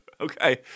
Okay